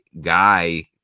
guy